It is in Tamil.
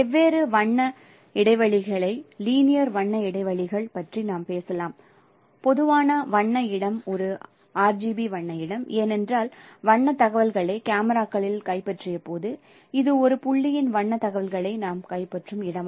வெவ்வேறு வண்ண இடைவெளிகளை லீனியர் வண்ண இடைவெளிகள் பற்றி நாம் பேசலாம் பொதுவான வண்ண இடம் ஒரு RGB வண்ண இடம் ஏனென்றால் வண்ண தகவல்களை கேமராக்களில் கைப்பற்றியபோது இது ஒரு புள்ளியின் வண்ண தகவல்களை நாம் கைப்பற்றும் இடம்